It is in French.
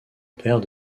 père